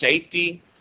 safety